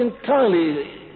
entirely